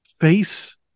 face